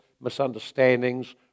misunderstandings